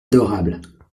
adorable